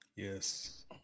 Yes